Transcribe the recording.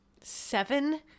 seven